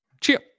Cheers